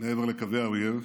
מעבר לקווי האויב,